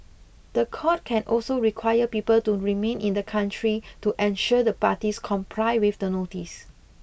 the court can also require people to remain in the country to ensure the parties comply with the notice